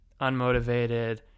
unmotivated